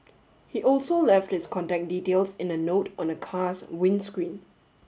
he also left his contact details in a note on the car's windscreen